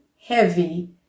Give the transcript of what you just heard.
heavy